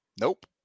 Nope